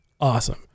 awesome